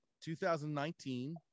2019